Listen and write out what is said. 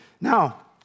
Now